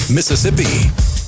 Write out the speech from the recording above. Mississippi